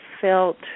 felt